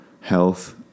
health